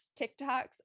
tiktoks